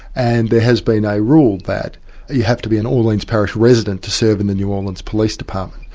and there has been a rule that you have to be an orleans parish resident to serve in the new orleans police department.